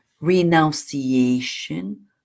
renunciation